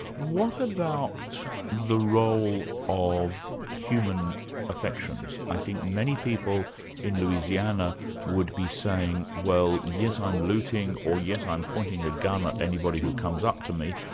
what about the role of human affections? i think many people in louisiana would be saying, well, yes i'm looting', or yes, i'm pointing a gun at anybody who comes up to me,